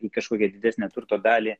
į kažkokią didesnę turto dalį